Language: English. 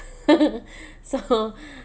so